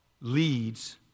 leads